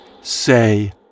say